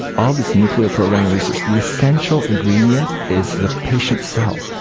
all this nuclear programming research, the essential ingredient is the patient's cell,